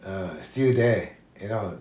err still there you know